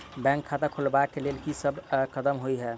Bank खाता खोलबाबै केँ लेल की सब कदम होइ हय?